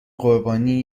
قربانی